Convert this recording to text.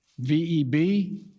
VEB